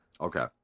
Okay